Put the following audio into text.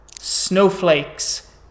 snowflakes